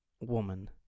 woman